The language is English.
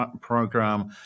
program